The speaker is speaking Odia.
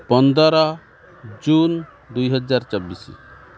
ପନ୍ଦର ଜୁନ ଦୁଇ ହଜାର ଚବିଶି